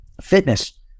fitness